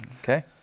Okay